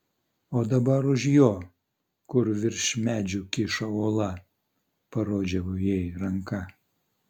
o dabar už jo kur virš medžių kyšo uola parodžiau jai ranka